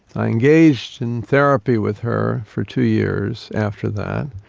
i engaged in therapy with her for two years after that.